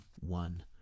one